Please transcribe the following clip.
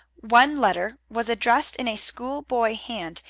one letter was addressed in a schoolboy hand,